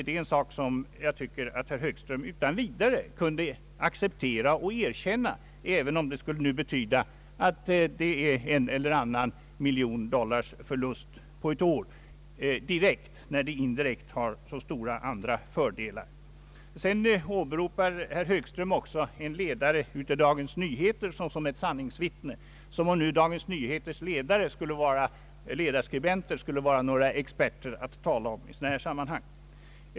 Detta borde herr Högström utan vidare kunna acceptera och erkänna, även om det nu skulle betyda en eller annan miljon dollar i förlust på ett år — det har ju ändock indirekt så stora andra fördelar. Herr Högström åberopade sedan en ledare i Dagens Nyheter såsom sanningsvittne — som cm nu Dagens Nyheters ledarskribenter skulle vara några experter att tala om i sådana här sammanhang.